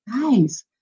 guys